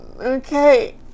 Okay